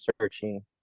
searching